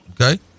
Okay